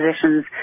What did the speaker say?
positions